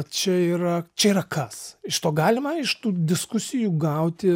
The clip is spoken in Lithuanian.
čia yra čia yra kas iš to galima iš tų diskusijų gauti